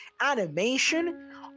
animation